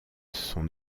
son